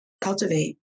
cultivate